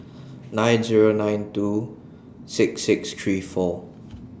nine Zero nine two six six three four